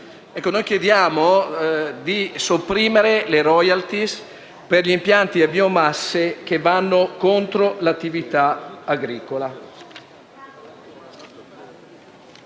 cui chiediamo di sopprimere le royalty per gli impianti a biomasse che vanno contro l’attività agricola.